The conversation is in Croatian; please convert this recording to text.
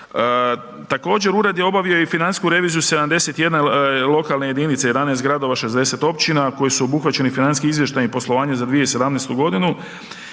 Također ured je obavio i financijsku reviziju 71 lokalne jedinice 11 gradova 60 općina koji su obuhvaćeni financijskim izvještajnim poslovanjem za 2017. godinu.